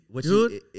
Dude